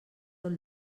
tot